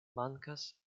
mankas